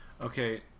Okay